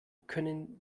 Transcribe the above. können